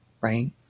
right